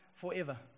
forever